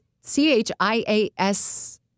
C-H-I-A-S